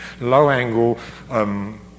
low-angle